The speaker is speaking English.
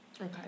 Okay